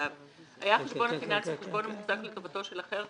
ברשומותיו; היה החשבון הפיננסי חשבון המוחזק לטובתו של אחר,